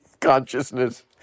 consciousness